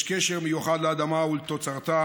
יש קשר מיוחד לאדמה ולתוצרתה,